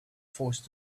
forced